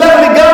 תסלח לי,